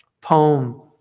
poem